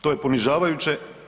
To je ponižavajuće.